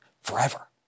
forever